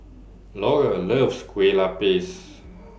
Laura loves Kue Lupis